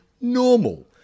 normal